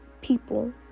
people